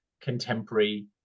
contemporary